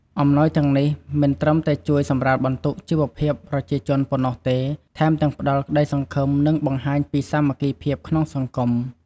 អំណោយទាំងនេះមិនត្រឹមតែជួយសម្រាលបន្ទុកជីវភាពប្រជាជនប៉ុណ្ណោះទេ ថែមទាំងផ្តល់ក្តីសង្ឃឹម និងបង្ហាញពីសាមគ្គីភាពក្នុងសង្គម។